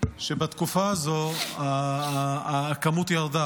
בתקופה הזאת המספר ירד,